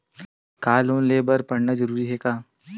का लोन ले बर पढ़ना जरूरी हे का?